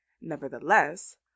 Nevertheless